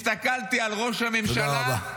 הסתכלתי על ראש הממשלה,